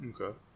Okay